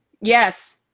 Yes